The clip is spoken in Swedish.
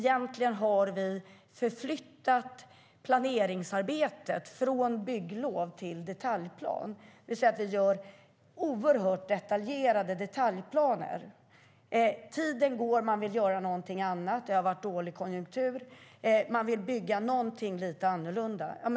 Vi har förflyttat planeringsarbetet från bygglov till detaljplan. Det görs oerhört detaljerade detaljplaner. Tiden går, och man vill göra något annat. Det har varit dålig konjunktur, och man vill bygga lite annorlunda.